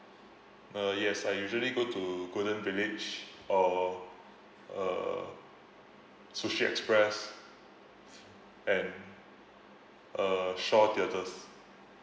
uh yes I usually go to golden village or uh sushi express and uh shaw theatres